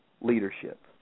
leadership